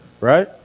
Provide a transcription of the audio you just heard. right